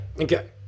Okay